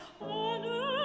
Honor